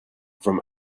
from